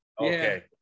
Okay